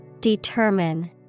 Determine